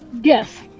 Yes